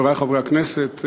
חברי חברי הכנסת,